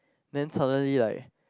then suddenly like